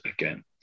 again